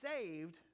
saved